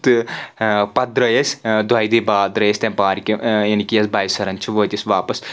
تہٕ پَتہٕ دراے أسۍ دۄیہِ دُہۍ بعد دراے أسۍ تَمہِ پارکہِ یعنے کہِ یۄس باے سَرن چھِ وٲتۍ أسۍ واپس